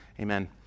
amen